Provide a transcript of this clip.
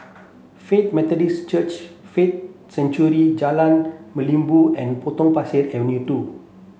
Faith Methodist Church Faith Sanctuary Jalan Merlimau and Potong Pasir Avenue two